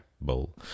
bowl